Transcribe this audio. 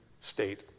state